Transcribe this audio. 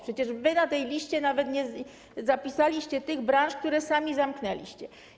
Przecież wy na tej liście nawet nie zapisaliście tych branż, które sami zamknęliście.